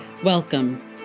Welcome